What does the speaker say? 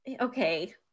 Okay